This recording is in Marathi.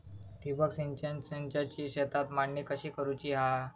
ठिबक सिंचन संचाची शेतात मांडणी कशी करुची हा?